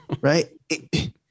Right